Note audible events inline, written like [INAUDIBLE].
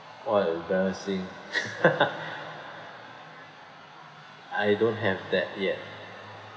!wah! the embarrassing [LAUGHS] I don't have that yet